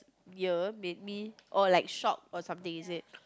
year make me or like shocked or something is it